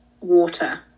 water